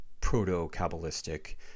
proto-Kabbalistic